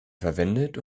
verwendet